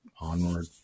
onward